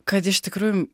kad iš tikrųjų